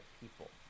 people